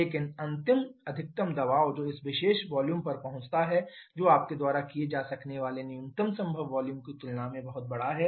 लेकिन अंतिम अधिकतम दबाव जो इस विशेष वॉल्यूम पर पहुंचता है जो आपके द्वारा किए जा सकने वाले न्यूनतम संभव वॉल्यूम की तुलना में बहुत बड़ा है